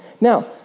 now